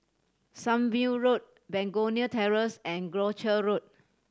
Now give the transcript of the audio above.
Sunview Road Begonia Terrace and Croucher Road